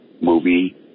movie